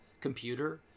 computer